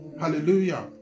Hallelujah